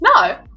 No